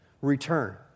return